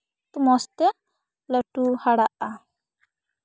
ᱢᱚᱡᱽ ᱛᱮ ᱞᱟᱹᱴᱩ ᱦᱟᱨᱟᱜᱼᱟ